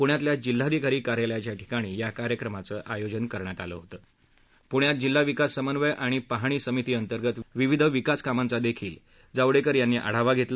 पुण्यातल्या जिल्हाधिकारी कार्यालयाच्या ठिकाणी या कार्यक्रमाचखियोजन करण्यात आलखित पुण्यात जिल्हा विकास समन्वय आणि पाहणी समिती अंतर्गत विविध विकास कामांचाही त्यांनी आढावा घेतला